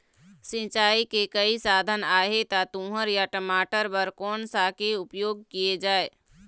सिचाई के कई साधन आहे ता तुंहर या टमाटर बार कोन सा के उपयोग किए जाए?